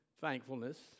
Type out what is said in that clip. thankfulness